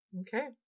Okay